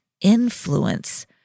influence